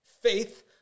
faith